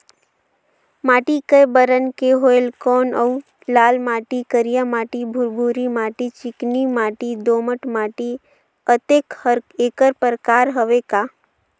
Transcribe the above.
माटी कये बरन के होयल कौन अउ लाल माटी, करिया माटी, भुरभुरी माटी, चिकनी माटी, दोमट माटी, अतेक हर एकर प्रकार हवे का?